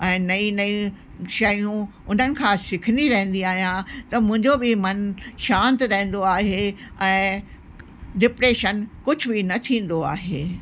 ऐं नईं नईं शयूं उन्हनि खां सिखंदी रहंदी आहियां त मुंहिंजो बि मनु शांति रहंदो आहे ऐं डिप्रेशन कुझु बि न थींदो आहे